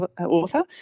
author